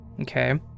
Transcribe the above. Okay